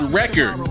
record